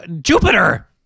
Jupiter